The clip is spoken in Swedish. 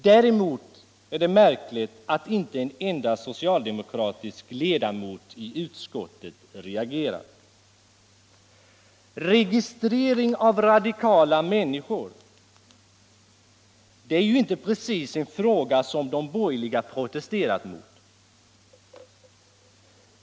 Däremot är det märkligt att inte en enda socialdemokratisk ledamot i utskottet reagerat. Registrering av radikala människor —- det är ju inte precis en sak som de borgerliga protesterat mot.